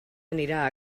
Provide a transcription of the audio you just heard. anirà